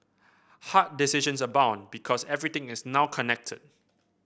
hard decisions abound because everything is now connected